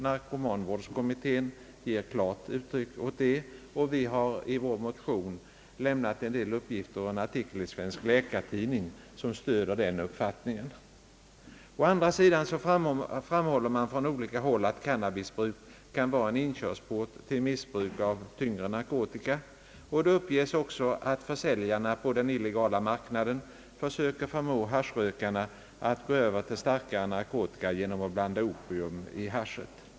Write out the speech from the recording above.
Narkomanvårdskommittén ger klart uttryck för denna uppfattning, och vi har i vår motion lämnat en del uppgifter ur Svensk Läkartidning som stöder denna uppfattning. Å andra sidan framhåller man från olika håll att cannabisbruk kan vara en inkörsport till missbruk av tyngre narkotika. Det uppges också att försäljarna på den illegala marknaden försöker förmå haschrökarna att gå över till starkare narkotika genom att blanda opium i haschet.